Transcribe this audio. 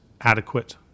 adequate